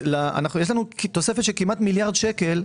יש לנו תוספת של כמעט מיליארד שקל,